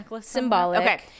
symbolic